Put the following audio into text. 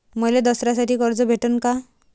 मले दसऱ्यासाठी कर्ज भेटन का?